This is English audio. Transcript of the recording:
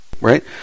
right